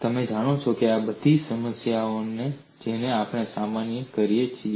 તમે જાણો છો કે આ બધી સમસ્યાઓ છે જેનો આપણે સામનો કરીએ છીએ